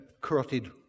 carotid